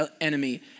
enemy